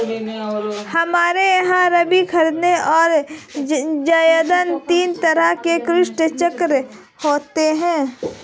हमारे यहां रबी, खरीद और जायद तीन तरह के कृषि चक्र होते हैं